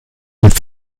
mit